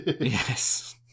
Yes